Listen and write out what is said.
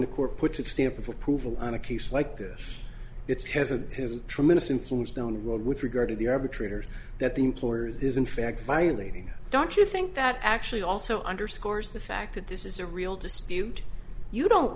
the court put its stamp of approval on a case like this it's hasn't has a tremendous influence known world with regard to the arbitrator that the employers is in fact violating don't you think that actually also underscores the fact that this is a real dispute you don't